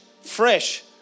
fresh